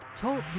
talk